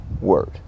word